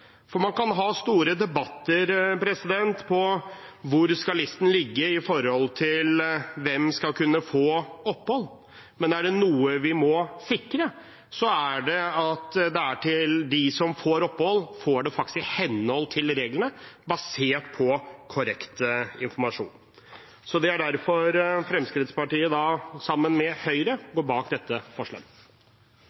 Man kan ha store debatter om hvor listen skal ligge når det gjelder hvem som skal kunne få opphold, men er det noe vi må sikre, er det at de som får opphold, faktisk får det i henhold til reglene, basert på korrekt informasjon. Det er derfor Fremskrittspartiet sammen med Høyre